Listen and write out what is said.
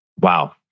Wow